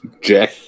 jack